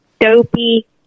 Dopey